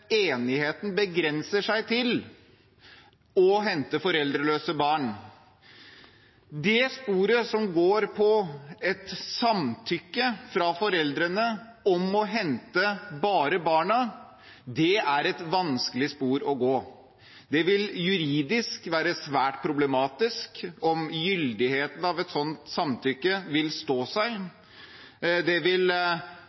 enigheten begrenser seg til å hente foreldreløse barn. Det sporet som går på samtykke fra foreldrene om å hente bare barna, er et vanskelig spor å følge. Det vil juridisk være svært problematisk om gyldigheten av et sånt samtykke vil stå